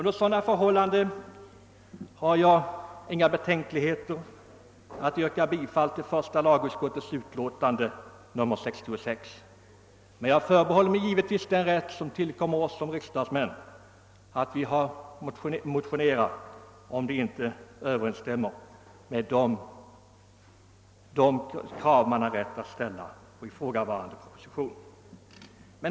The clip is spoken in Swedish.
Men jag förbehåller mig naturligtvis rätten att motionera i frågan — den rätten har ju vi riksdagsmän — ifall det lagförslag som då pre senteras inte överensstämmer med de krav man har rätt att ställa på detsamma.